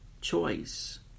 choice